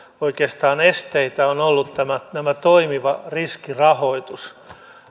oikeastaan esteitä on ollut tämä riskirahoitus